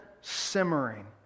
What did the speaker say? simmering